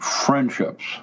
Friendships